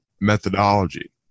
methodology